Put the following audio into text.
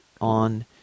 on